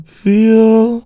feel